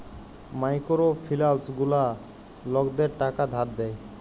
micro ফিলালস গুলা লকদের টাকা ধার দেয়